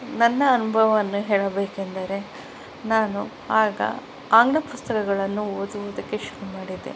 ನನ್ನ ಅನುಭವವನ್ನು ಹೇಳಬೇಕೆಂದರೆ ನಾನು ಆಗ ಆಂಗ್ಲ ಪುಸ್ತಕಗಳನ್ನು ಓದುವುದಕ್ಕೆ ಶುರು ಮಾಡಿದೆ